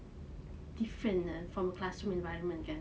different lah from a classroom environment kan